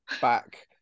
back